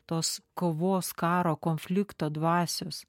tos kovos karo konflikto dvasios